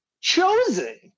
chosen